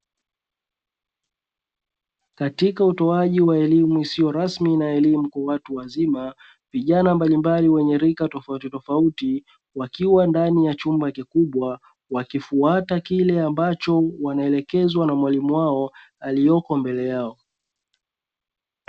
Katika utoaji wa elimu isiyo rasmi na elimu ya watu wazima, vijana mbalimbali wenye rika tofautitofauti wakiwa ndani ya chumba kikubwa wakifuata kile ambacho wanaelekezwa na mwalimu wao aliyepo mbele yao.